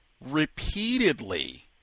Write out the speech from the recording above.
repeatedly